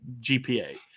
GPA